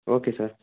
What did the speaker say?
okay sir